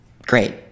great